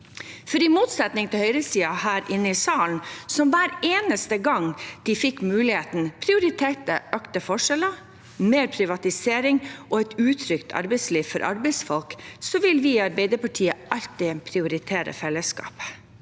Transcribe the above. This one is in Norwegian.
I motsetning til høyresiden her i salen, som hver eneste gang de fikk muligheten, prioriterte økte forskjeller, mer privatisering og et utrygt arbeidsliv for arbeidsfolk, så vil vi i Arbeiderpartiet alltid prioritere fellesskapet.